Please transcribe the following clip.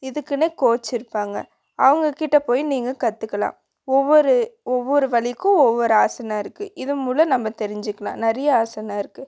இதுக்குன்னே கோச் இருப்பாங்க அவங்ககிட்ட போய் நீங்கள் கற்றுக்கலாம் ஒவ்வொரு ஒவ்வொரு வலிக்கும் ஒவ்வொரு ஆசனா இருக்குது இது மூலம் நம்ம தெரிஞ்சுக்கலாம் நிறைய ஆசனா இருக்குது